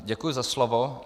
Děkuji za slovo.